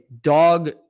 dog